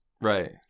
right